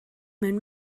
mewn